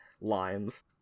lines